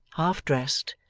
half-dressed,